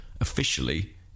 officially